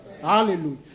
Hallelujah